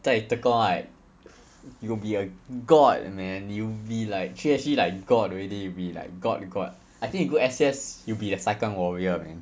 在 tekong right you will be a god man you'll be like three S_G like god already you'll be like god god I think you go S_C_S you'll be a sai kang warrior man